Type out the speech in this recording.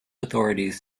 authorities